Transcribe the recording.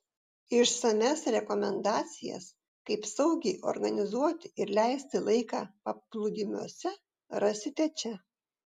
išsamias rekomendacijas kaip saugiai organizuoti ir leisti laiką paplūdimiuose rasite čia